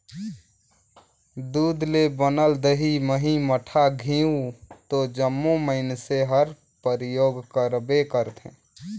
दूद ले बनल दही, मही, मठा, घींव तो जम्मो मइनसे हर परियोग करबे करथे